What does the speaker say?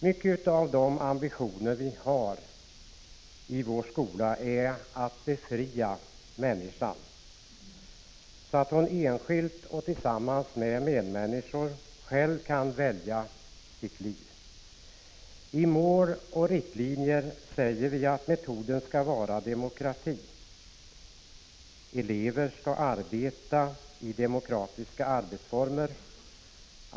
En stor del av de ambitioner vi har i vår skola går ut på att befria människan, så att hon enskilt och tillsammans med medmänniskor själv kan välja sitt liv. I Mål och riktlinjer säger vi att metoden skall bygga på demokrati. Elever skall arbeta i demokratiska former.